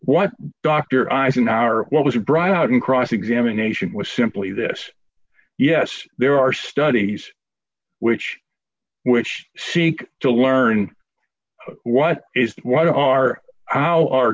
what dr eisenhower what was brought out in cross examination was simply this yes there are studies which which seek to learn what is what are how our